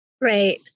Right